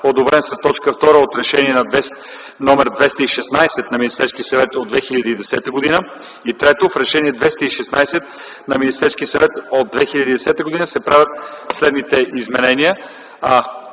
одобрен с т. 2 от Решение № 216 на Министерския съвет от 2010 г. 3. В Решение № 216 на Министерския съвет от 2010 г. се правят следните изменения: